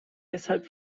deshalb